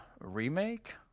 Remake